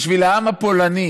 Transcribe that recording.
בשביל העם הפולני,